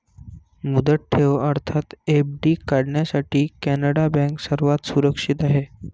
मुदत ठेव अर्थात एफ.डी काढण्यासाठी कॅनडा बँक सर्वात सुरक्षित आहे